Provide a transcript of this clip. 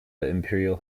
imperial